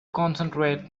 concentrate